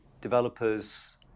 developers